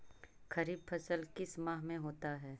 खरिफ फसल किस माह में होता है?